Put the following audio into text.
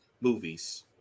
movies